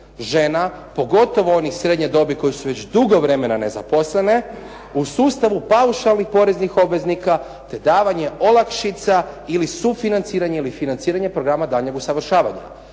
žena, pogotovo onih srednje dobi koje su već dugo vremena nezaposlene u sustavu paušalnih poreznih obveznika te davanje olakšica ili sufinanciranja ili financiranja programa daljnjeg usavršavanja.